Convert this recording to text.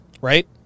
right